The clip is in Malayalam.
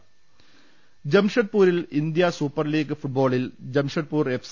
ദൃഭട ജംഷഡ്പൂരിൽ ഇന്ത്യൻ സൂപ്പർലീഗ് ഫുട്ബോളിൽ ജംഷഡ്പൂർ എഫ്